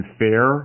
fair